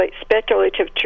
speculative